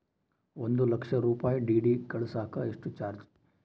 ಒಂದು ಲಕ್ಷ ರೂಪಾಯಿ ಡಿ.ಡಿ ಕಳಸಾಕ ಎಷ್ಟು ಚಾರ್ಜ್?